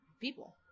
people